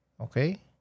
Okay